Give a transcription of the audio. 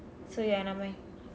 so ya நம்ம:namma